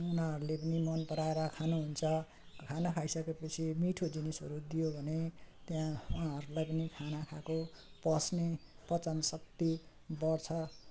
पाहुनाहरूले पनि मनपराएर खानुहुन्छ खाना खाइसकेपछि मिठो जिनिसहरू दियो भने त्यहाँ उहाँहरूलाई पनि खाना खाएको पच्ने पाचनशक्ति बढ्छ